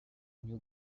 new